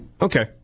Okay